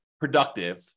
productive